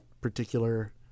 particular